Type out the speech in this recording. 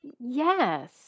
Yes